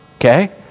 okay